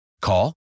Call